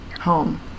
home